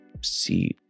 see